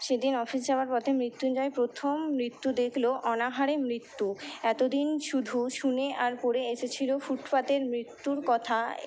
সেদিন অফিস যাওয়ার পথে মৃত্যুঞ্জয় প্রথম মৃত্যু দেখল অনাহারে মৃত্যু এতদিন শুধু শুনে আর পড়ে এসেছিলো ফুটপাাতের মৃত্যুর কথা